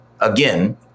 again